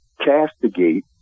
castigate